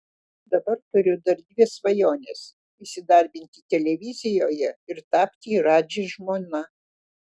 dabar turiu dar dvi svajones įsidarbinti televizijoje ir tapti radži žmona